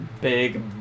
Big